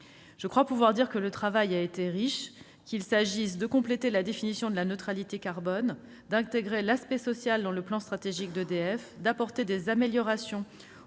Je crois pouvoir le dire, le travail a été riche, qu'il s'agisse de compléter la définition de la neutralité carbone, d'intégrer l'aspect social dans le plan stratégique d'EDF ou d'apporter des améliorations